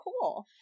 cool